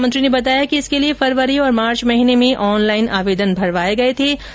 शिक्षा मंत्री ने बताया कि इसके लिए फरवरी और मार्च महीने में ऑनलाईन आवेदन भरवाये गये थे